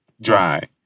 dry